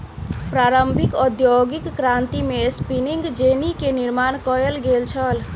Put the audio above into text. प्रारंभिक औद्योगिक क्रांति में स्पिनिंग जेनी के निर्माण कयल गेल छल